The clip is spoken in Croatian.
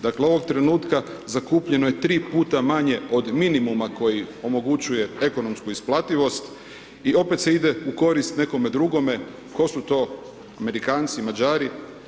Dakle, ovog trenutka zakupljeno je tri puta manje od minimuma koji omogućuje ekonomsku isplativost i opet se ide u korist nekome drugome, tko su to Amerikanci, Mađari?